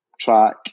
track